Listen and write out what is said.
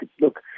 look